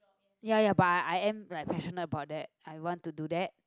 ya ya but I am like passionate about that I want to do that